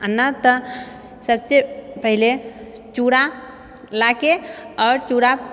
आओर नहि तऽ सबसँ पहिने चूरा लाके आओर चूरा